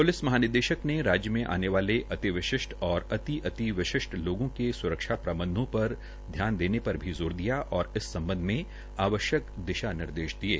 police महानिदेशक ने राज्य में आने वाले अति विशिष्ठ और अति अति विशिष्ठ लोगों की स्रक्षा प्रबंधो पर ध्यान देने पर भी ज़ोर दिया और इस सम्बध में आवश्यक दिशा निर्देश दिये